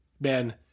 Ben